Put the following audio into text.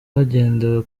hagendewe